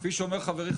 כפי שאומר חברי,